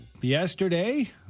Yesterday